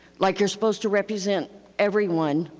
like you're supposed to represent everyone.